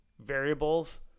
variables